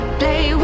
play